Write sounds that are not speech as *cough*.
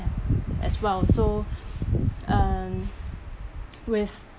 as well so *breath* uh with